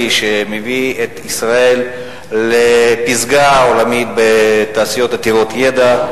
שמביא את ישראל לפסגה העולמית בתעשיות עתירות ידע,